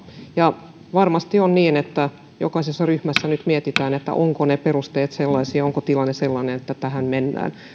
ja varmasti on niin että jokaisessa ryhmässä nyt mietitään ovatko ne perusteet sellaisia onko tilanne sellainen että tähän mennään